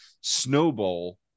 snowball